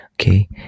okay